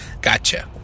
Gotcha